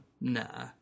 nah